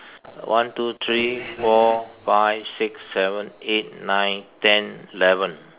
one two three four five six seven eight nine ten eleven